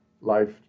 life